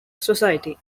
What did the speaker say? society